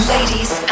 Ladies